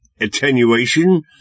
attenuation